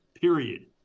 period